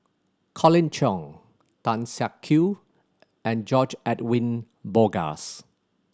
Colin Cheong Tan Siak Kew and George Edwin Bogaars